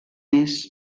més